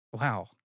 Wow